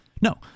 no